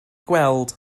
gweld